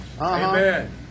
Amen